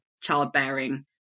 childbearing